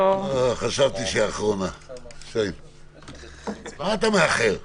לא המשיכה ולא מעצימה את הנושא של בדיקות סרולוגיות?